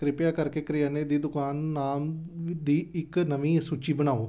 ਕਰਿਪਿਆ ਕਰਕੇ ਕਰਿਆਨੇ ਦੀ ਦੁਕਾਨ ਨਾਮ ਦੀ ਇੱਕ ਨਵੀਂ ਸੂਚੀ ਬਣਾਓ